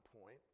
point